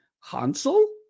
Hansel